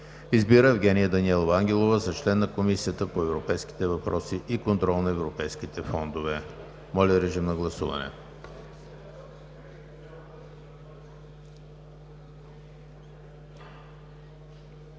Избира Евгения Даниелова Ангелова за член на Комисията по европейските въпроси и контрол на европейските фондове.“ Моля, режим на гласуване.